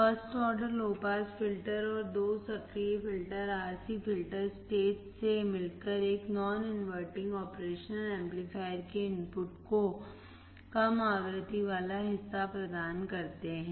first order low pass filter और दो सक्रिय फ़िल्टर RC फिल्टर स्टेज से मिलकर एक नॉन इनवर्टिंग ऑपरेशन एम्पलीफायर के इनपुट को कम आवृत्ति वाला हिस्सा प्रदान करते हैं